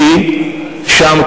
כי שם,